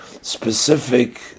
specific